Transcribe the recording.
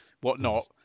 whatnot